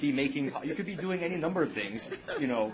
be making it up you could be doing any number of things you know